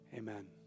Amen